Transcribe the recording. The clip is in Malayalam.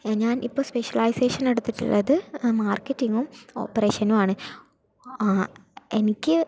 ഞാൻ ഇപ്പോൾ സ്പെഷ്യലൈസഷൻ എടുത്തിട്ടുള്ളത് മാർക്കറ്റിംഗ് ഓപ്പറേഷനുമാണ് എനിക്ക്